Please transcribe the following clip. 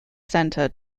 center